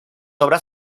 obras